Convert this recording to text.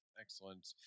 Excellent